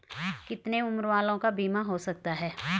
कितने उम्र वालों का बीमा हो सकता है?